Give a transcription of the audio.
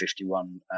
51